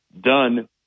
done